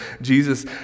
Jesus